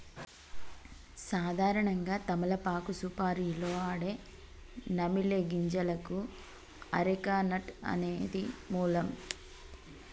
సాధారణంగా తమలపాకు సుపారీలో ఆడే నమిలే గింజలకు అరెక నట్ అనేది మూలం